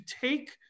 take